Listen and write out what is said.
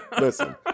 listen